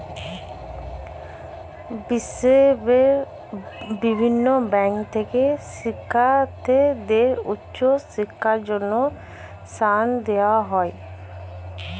বিশ্বের বিভিন্ন ব্যাংক থেকে শিক্ষার্থীদের উচ্চ শিক্ষার জন্য ঋণ দেওয়া হয়